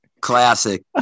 classic